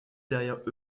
derrière